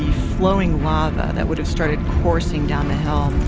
flowing lava that would have started coursing down the hill.